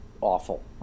awful